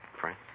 Frank